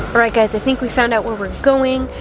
alright guys, i think we found out where we are going,